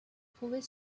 prouver